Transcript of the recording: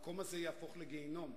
המקום הזה יהפוך לגיהינום,